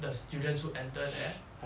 the students who enter there